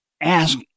ask